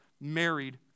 married